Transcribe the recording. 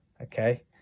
Okay